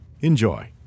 Enjoy